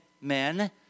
men